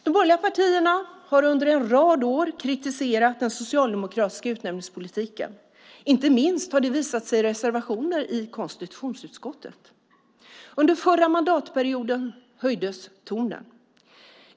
De borgerliga partierna har under en rad år kritiserat den socialdemokratiska utnämningspolitiken. Inte minst har det visat sig i reservationer i konstitutionsutskottet. Under förra mandatperioden höjdes tonen.